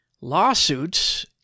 lawsuits